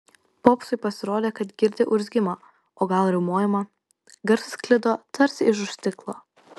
popsui pasirodė kad girdi urzgimą o gal ir riaumojimą garsas sklido tarsi iš už stiklo